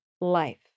life